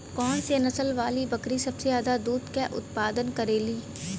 कौन से नसल वाली बकरी सबसे ज्यादा दूध क उतपादन करेली?